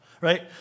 right